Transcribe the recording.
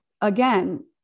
again